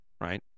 right